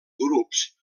grups